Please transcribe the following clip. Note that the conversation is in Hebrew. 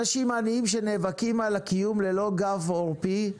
אנשים עניים שנאבקים על הקיום ללא גב עורפי,